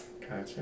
Gotcha